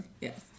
Yes